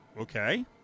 okay